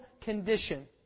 condition